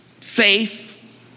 faith